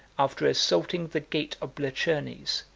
after assaulting the gate of blachernes,